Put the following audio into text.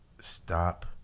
stop